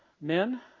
men